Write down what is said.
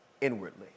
inwardly